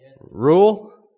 Rule